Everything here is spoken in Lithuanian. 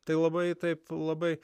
tai labai taip labai